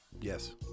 Yes